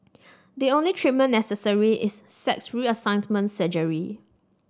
the only treatment necessary is sex reassignment surgery